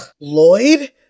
Lloyd